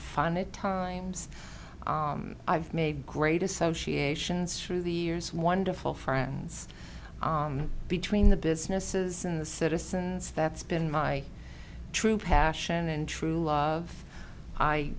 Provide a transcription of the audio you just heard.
fun it times i've made great associations through the years wonderful friends between the businesses and the citizens that's been my true passion and true love i